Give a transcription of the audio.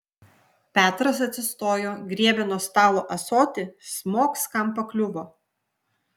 petras atsistojo griebė nuo stalo ąsotį smogs kam pakliuvo